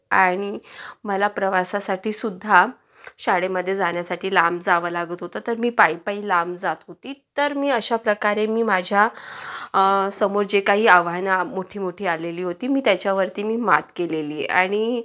आणि मला प्रवासासाठीसुद्धा शाळेमधे जाण्यासाठी लांब जावं लागत होतं तर मी पायीपायी लांब जात होते तर मी अशा प्रकारे मी माझ्या समोर जे काही आव्हानं मोठी मोठी आलेली होती मी त्याच्यावरती मी मात केलेली आहे आणि